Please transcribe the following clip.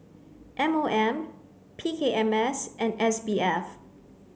M O M P K M S and S B F